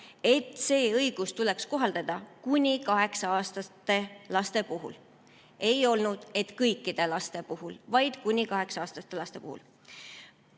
et seda õigust tuleks kohaldada kuni 8-aastaste laste puhul. Ei olnud, et kõikide laste puhul, vaid kuni 8-aastaste laste puhul.